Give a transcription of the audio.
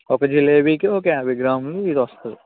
ఒక జిలేబికి ఒక యాభై గ్రాములు ఇది వస్తుంది